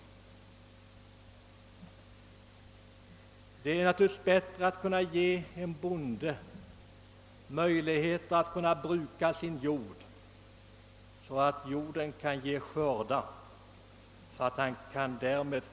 Det är naturligtvis bättre att ge en bonde möjligheter att bruka sin jord, så att jorden ger skördar för hans bärgning.